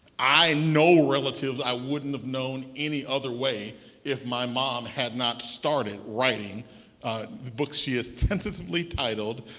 i know relatives i wouldn't have known any other way if my mom had not started writing the book she has tentatively titled,